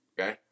Okay